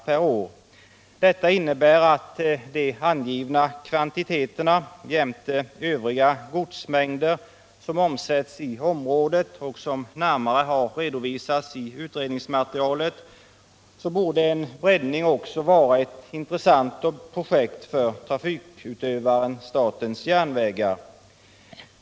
Med hänsyn till de angivna kvantiteterna jämte övriga godsmängder som omsätts i området och som närmare har redovisats i utredningsmaterialet borde en breddning också vara ett intressant projekt för trafikutövaren statens järnvägar.